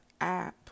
app